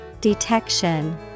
Detection